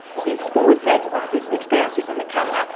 he always said of his experiences in the camps,